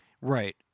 Right